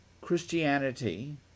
Christianity